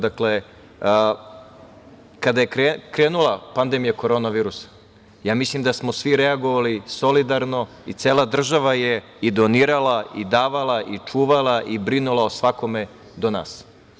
Dakle, kada je krenula pandemija korona virusa ja mislim da smo svi reagovali solidarno i cela država je i donirala i davala i čuvala i brinula o svakome do nas.